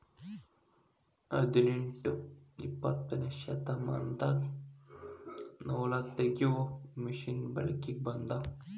ಹದನೆಂಟ ಇಪ್ಪತ್ತನೆ ಶತಮಾನದಾಗ ನೂಲತಗಿಯು ಮಿಷನ್ ಬೆಳಕಿಗೆ ಬಂದುವ